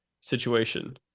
situation